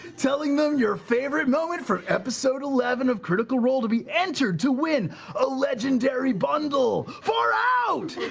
telling them your favorite moment for episode eleven of critical role to be entered to win a legendary bundle. far out!